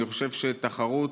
אני חושב שתחרות,